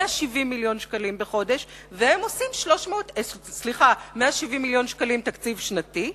170 מיליון שקלים תקציב שנתי,